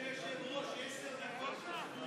אדוני היושב-ראש, עשר דקות חלפו.